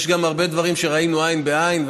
יש גם הרבה דברים שראינו עין בעין,